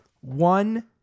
One